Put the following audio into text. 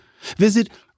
visit